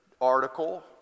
article